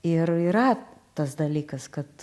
ir yra tas dalykas kad